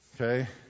okay